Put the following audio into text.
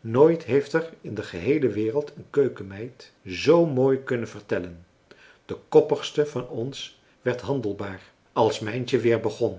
nooit heeft er in de geheele wereld een keukenmeid zoo mooi kunnen vertellen de koppigste van ons werd handelbaar als mijntje weer begon